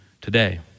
today